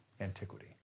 antiquity